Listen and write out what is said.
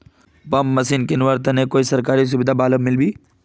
Pump machine किनवार तने कोई सरकारी सुविधा बा लव मिल्बी?